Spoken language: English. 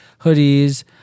hoodies